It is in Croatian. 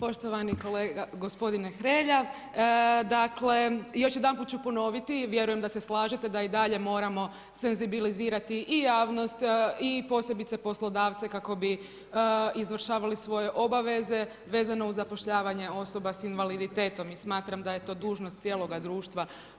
Poštovani kolega, gospodine Hrelja, dakle, još jedanput ću ponoviti, vjerujem da se slažete da i dalje moramo senzibilizirati i javnost i posebice poslodavce kako bi izvršavali svoje obaveze vezano uz zapošljavanje osoba s invaliditetom i smatram da je to dužnost cijeloga društva.